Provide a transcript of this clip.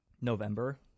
november